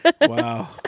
Wow